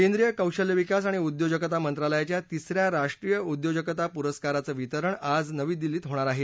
केंद्रीय कौशल्य विकास आणि उद्योजकता मंत्रालयाच्या तिस या राष्ट्रीय उद्योजकता पुरस्कराचं वितरण आज नवी दिल्लीत होणार आहे